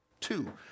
two